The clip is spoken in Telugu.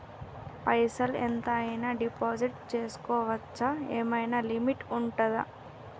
పైసల్ ఎంత అయినా డిపాజిట్ చేస్కోవచ్చా? ఏమైనా లిమిట్ ఉంటదా?